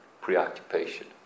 preoccupation